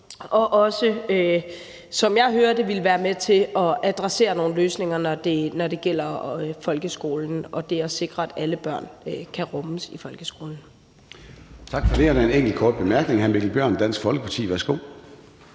jeg også hører det, vil være med til at adressere nogle løsninger, når det gælder folkeskolen og det at sikre, at alle børn kan rummes i folkeskolen.